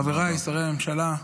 חבריי, שרי הממשלה,